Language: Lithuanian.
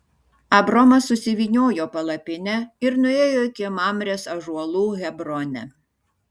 abromas susivyniojo palapinę ir nuėjo iki mamrės ąžuolų hebrone